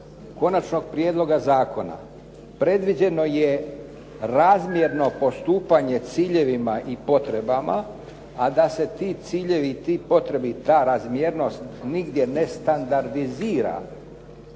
konačnog prijedloga zakona predviđeno je razmjerno postupanje ciljevima i potrebama a da se ti ciljevi, te potrebe, ta razmjernost nigdje ne standardizira